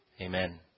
Amen